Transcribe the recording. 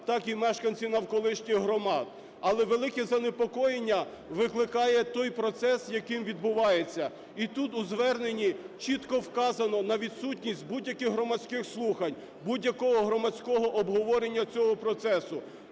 так і мешканці навколишніх громад. Але велике занепокоєння викликає той процес, який відбувається. І тут у зверненні чітко вказано на відсутність будь-яких громадських слухань, будь-якого громадського обговорення цього процесу.